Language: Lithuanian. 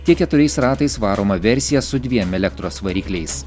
tiek keturiais ratais varoma versija su dviem elektros varikliais